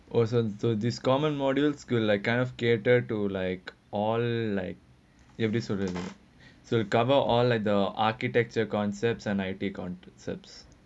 wasn't so this common modules school like kind of cater to like all like எப்டி சொல்றது:epdi solrathu so cover all like the architecture concepts and it concepts